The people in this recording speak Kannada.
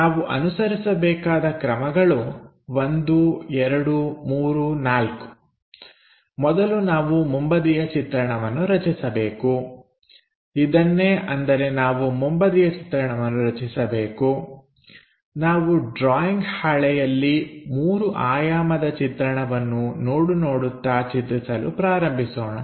ನಾವು ಅನುಸರಿಸಬೇಕಾದ ಕ್ರಮಗಳು 1 2 3 4 ಮೊದಲು ನಾವು ಮುಂಬದಿಯ ಚಿತ್ರಣವನ್ನು ರಚಿಸಬೇಕು ಇದನ್ನೇ ಅಂದರೆ ನಾವು ಮುಂಬದಿಯ ಚಿತ್ರಣವನ್ನು ರಚಿಸಬೇಕು ನಾವು ಡ್ರಾಯಿಂಗ್ ಹಾಳೆಯಲ್ಲಿ ಮೂರು ಆಯಾಮದ ಚಿತ್ರಣವನ್ನು ನೋಡು ನೋಡುತ್ತಾ ಚಿತ್ರಿಸಲು ಪ್ರಾರಂಭಿಸೋಣ